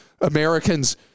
Americans